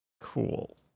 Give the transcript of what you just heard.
cool